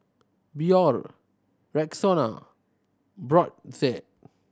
Biore Rexona Brotzeit